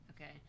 Okay